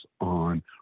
on